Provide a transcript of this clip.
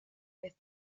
with